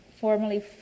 formerly